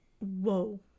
Whoa